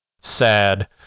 sad